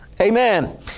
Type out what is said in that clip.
Amen